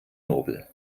nobel